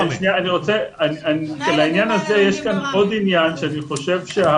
יש כאן עוד עניין, אני חושב,